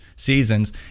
seasons